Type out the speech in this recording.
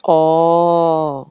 orh